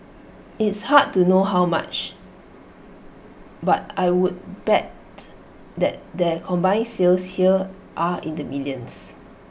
it's hard to know how much but I would bet that their combining sales here are in the millions